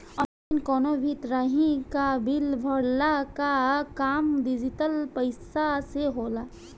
online कवनो भी तरही कअ बिल भरला कअ काम डिजिटल पईसा से होला